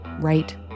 right